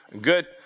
Good